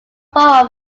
form